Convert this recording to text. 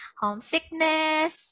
homesickness